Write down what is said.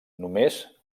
només